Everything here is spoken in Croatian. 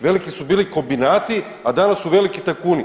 Veliki su bili kombinati, a danas su veliki tajkuni.